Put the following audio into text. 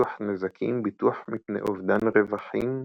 ביטוח נזקים, ביטוח מפני אובדן רווחים,